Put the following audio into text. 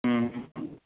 ہوں